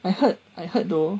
I heard I heard though